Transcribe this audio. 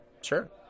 sure